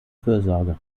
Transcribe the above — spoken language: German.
fürsorge